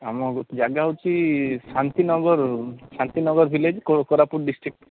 ଆମକୁ ଜାଗା ହେଉଛି ଶାନ୍ତି ନଗରରୁ ଶାନ୍ତି ନଗର ଭିଲେଜ୍ କୋରାପୁଟ ଡିଷ୍ଟ୍ରିକ୍ଟ